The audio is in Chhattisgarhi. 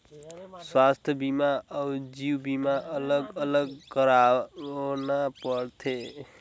स्वास्थ बीमा अउ जीवन बीमा अलग अलग करवाना पड़थे?